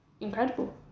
incredible